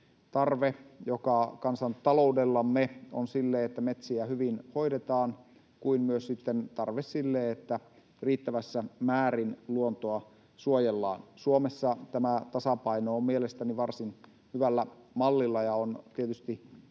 tarve, joka kansantaloudellamme on sille, että metsiä hyvin hoidetaan, kuin myös sitten tarve sille, että riittävässä määrin luontoa suojellaan. Suomessa tämä tasapaino on mielestäni varsin hyvällä mallilla, ja on tietysti